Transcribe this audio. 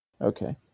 Okay